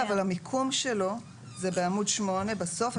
אבל המיקום שלו זה בעמוד 8 בסוף,